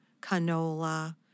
canola